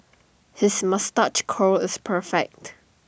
his moustache curl is perfect